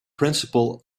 principle